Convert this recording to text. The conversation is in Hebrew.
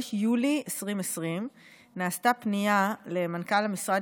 בחודש יולי 2020 נעשתה פנייה למנכ"ל המשרד